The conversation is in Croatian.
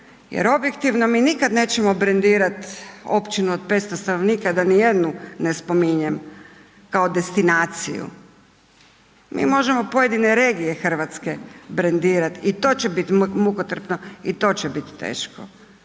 jer objektivno mi nikad nećemo brendirati općinu od 500 stanovnika da ni jednu ne spominjem kao destinaciju. Mi možemo pojedine regije Hrvatske brendirati i to će biti mukotrpno i to će biti teško.